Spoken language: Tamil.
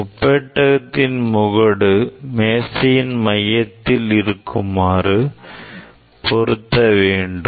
முப்பெட்டகத்தின் முகடு மேசையின் மையத்தில் இருக்குமாறு பொருத்த வேண்டும்